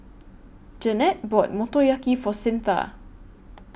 Jannette bought Motoyaki For Cyntha